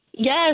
Yes